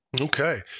Okay